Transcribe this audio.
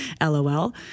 LOL